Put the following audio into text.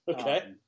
okay